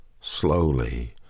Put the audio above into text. slowly